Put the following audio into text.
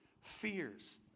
fears